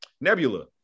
Nebula